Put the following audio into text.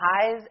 highs